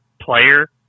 player